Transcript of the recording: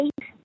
eight